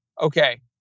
okay